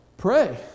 Pray